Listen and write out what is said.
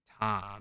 Tom